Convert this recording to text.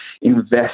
invest